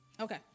Okay